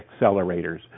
accelerators